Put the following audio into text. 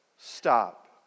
stop